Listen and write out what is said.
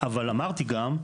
אבל אמרתי גם,